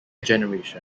generation